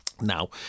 Now